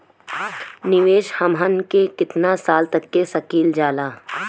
निवेश हमहन के कितना साल तक के सकीलाजा?